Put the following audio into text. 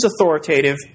authoritative